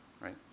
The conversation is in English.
right